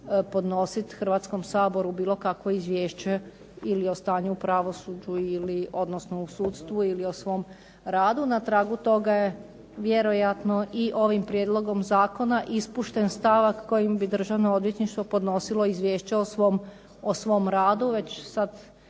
podnositi Hrvatskom saboru bilo kakvo izvješće ili o stanju u pravosuđu, odnosno u sudstvu ili o svom radu. Na tragu toga je vjerojatno i ovim prijedlogom zakona ispušten stavak kojim bi Državno odvjetništvo podnosilo izvješće o svom radu